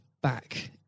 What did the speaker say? back